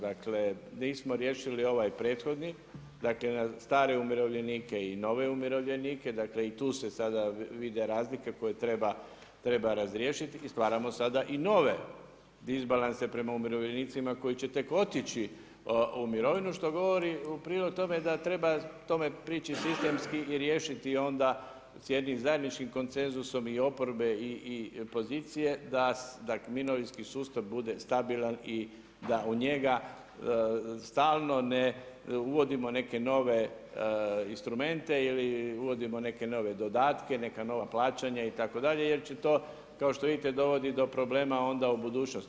Dakle nismo riješili ovaj prethodni na stare umirovljenike i nove umirovljenike i tu se sada vide razlike koje treba razriješiti i stvaramo sada i nove disbalanse prema umirovljenicima koji će tek otići u mirovinu, što govori u prilog tome da treba tome prići sistemski i riješiti onda s jednim zajedničkim konsenzusom i oporbe i pozicije da mirovinski sustav bude stabilan i da u njega stalno ne uvodimo neke nove instrumente ili uvodimo neke nove dodatke, neka nova plaćanja itd. jer će to kao što vidite dovodi do problema onda u budućnosti.